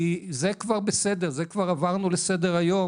כי זה כבר בסדר, על זה כבר עברנו לסדר-היום.